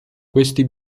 questi